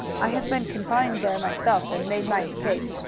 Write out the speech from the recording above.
i have been confined there myself and made my escape.